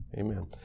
Amen